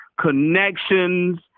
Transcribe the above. connections